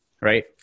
right